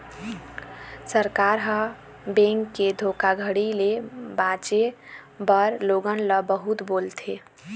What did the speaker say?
सरकार ह, बेंक के धोखाघड़ी ले बाचे बर लोगन ल बहुत बोलथे